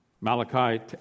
Malachi